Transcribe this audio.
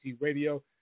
Radio